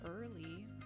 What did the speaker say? early